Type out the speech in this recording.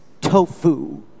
tofu